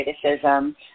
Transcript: criticism